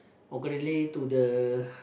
or relay to the